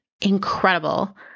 incredible